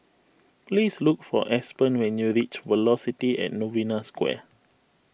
please look for Aspen when you reach Velocity at Novena Square